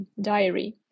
diary